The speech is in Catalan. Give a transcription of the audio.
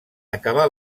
acabar